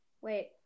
Wait